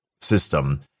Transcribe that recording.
System